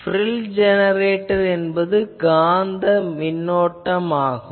எனவே ப்ரில் ஜெனரேட்டர் என்பது காந்த மின்னோட்டம் ஆகும்